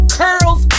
curls